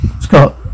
Scott